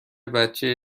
بچه